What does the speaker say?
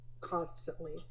constantly